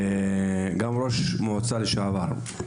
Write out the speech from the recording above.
גם ראש מועצה לשעבר,